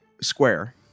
square